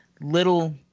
little